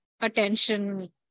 attention